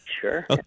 Sure